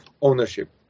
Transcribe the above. ownership